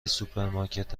سوپرمارکت